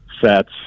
sets